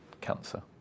cancer